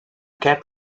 cat